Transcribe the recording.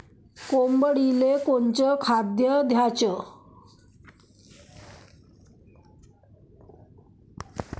कोंबडीले कोनच खाद्य द्याच?